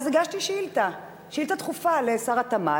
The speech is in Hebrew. אז הגשתי שאילתא, שאילתא דחופה לשר התמ"ת,